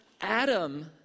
Adam